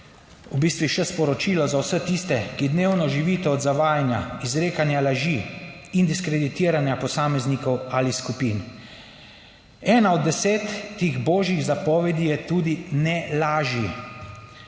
V bistvu še sporočilo za vse tiste, ki dnevno živite od zavajanja, izrekanja laži in diskreditiranja posameznikov ali skupin. Ena od deset teh božjih zapovedi je tudi, ne laži.